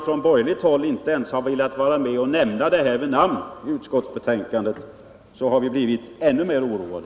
Från borgerligt håll har man inte ens velat nämna promemorian vid namn, och därför har vi blivit än.ru mer oroade.